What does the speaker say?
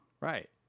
Right